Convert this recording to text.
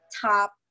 top